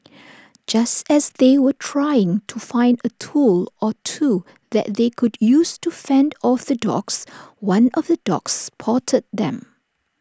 just as they were trying to find A tool or two that they could use to fend off the dogs one of the dogs spotted them